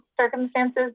circumstances